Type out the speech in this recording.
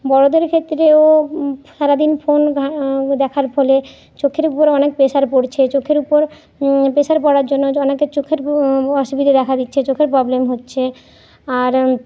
বড়োদের ক্ষেত্রেও সারাদিন ফোন দেখার ফলে চোখের উপর অনেক প্রেসার পড়ছে চোখের ওপর প্রেসার পড়ার জন্য অনেকের চোখের অসুবিধা দেখা দিচ্ছে চোখের প্রবলেম হচ্ছে আর